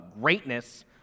greatness